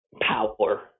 power